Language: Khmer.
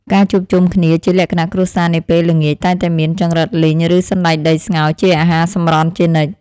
ការជួបជុំគ្នាជាលក្ខណៈគ្រួសារនាពេលល្ងាចតែងតែមានចង្រិតលីងឬសណ្តែកដីស្ងោរជាអាហារសម្រន់ជានិច្ច។